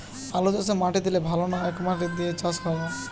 আলুচাষে মাটি দিলে ভালো না একমাটি দিয়ে চাষ ভালো?